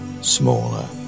smaller